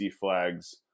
flags